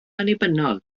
annibynnol